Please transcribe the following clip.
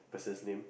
person's name